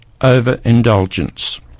overindulgence